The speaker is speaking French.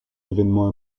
évènements